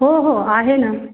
हो हो आहे ना